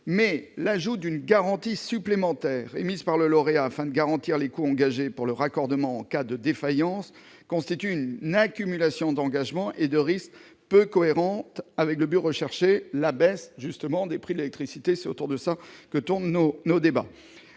L'ajout d'une garantie supplémentaire émise par le lauréat afin de garantir les coûts engagés pour le raccordement en cas de défaillance crée une accumulation d'engagements et de risques peu cohérente avec le but visé, à savoir la baisse des prix de l'électricité. Ce risque supplémentaire